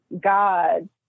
God